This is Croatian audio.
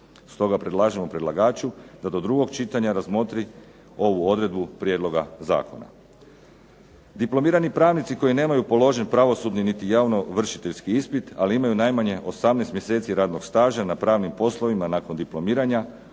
Stoga predlažemo predlagaču da do drugog čitanja razmotri ovu odredbu prijedloga zakona. Diplomirani pravnici koji nemaju položen pravosudni niti javno ovršiteljski ispit ali imaju najmanje 18 mjeseci radnog staža na pravnim poslovima nakon diplomiranja,